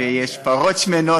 ויש פרות שמנות,